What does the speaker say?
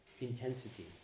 intensity